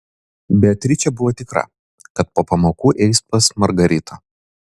beatričė buvo tikra kad po pamokų eis pas margaritą